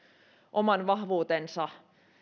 oman vahvuutensa